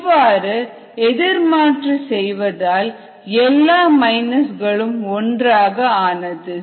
இவ்வாறு எதிர்மாற்று செய்வதால் எல்லா மைனஸ்1 களும் ஒன்றாக ஆனது